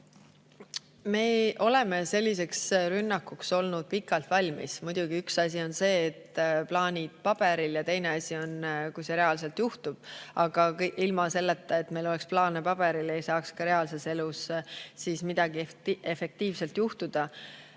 Me oleme selliseks rünnakuks olnud valmis juba pikka aega. Muidugi üks asi on see, kui on plaanid paberil, ja teine asi on, kui see reaalselt juhtub. Aga ilma selleta, et meil oleks plaane paberil, ei saaks ka reaalses elus midagi efektiivset toimida.